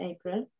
April